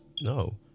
no